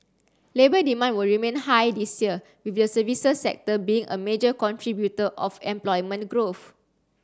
labor demand will remain high this year with the services sector being a major contributor of employment growth